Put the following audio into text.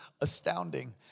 astounding